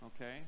okay